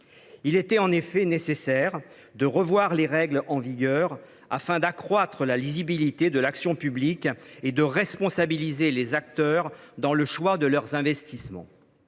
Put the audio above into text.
Il était en effet nécessaire de revoir les règles en vigueur afin d’accroître la lisibilité de l’action publique et de responsabiliser les acteurs dans le choix de leurs investissements.